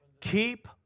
keep